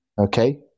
Okay